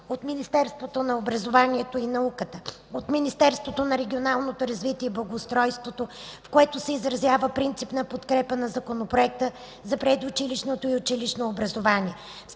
от Министерството на образованието и науката и от Министерството на регионалното развитие и благоустройството, в които се изразява принципната подкрепа на Законопроекта за предучилищното и училищното образование.